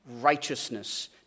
righteousness